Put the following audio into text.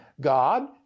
God